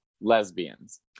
lesbians